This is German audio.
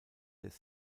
des